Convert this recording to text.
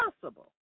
possible